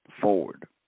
forward